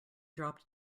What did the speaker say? dropped